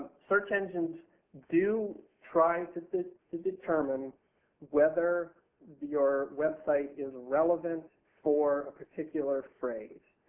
search engines do try and to to determine whether your website is relevant for a particular phrase.